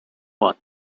one